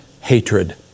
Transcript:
hatred